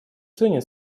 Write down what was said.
ценит